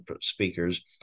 speakers